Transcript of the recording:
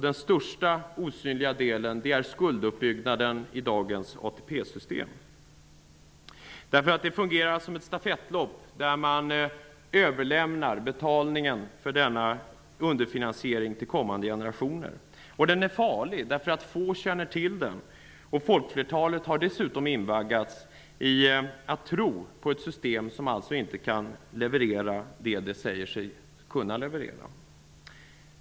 Den största osynliga delen är skulduppbyggnaden i dagens ATP-system. Det fungerar som ett stafettlopp där man överlämnar betalningen för denna underfinansiering till kommande generationer. Den är farlig, därför att få känner till den. Folkflertalet har dessutom invaggats i tron på ett system som alltså inte kan leverera det som det säger sig kunna leverera.